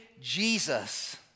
Jesus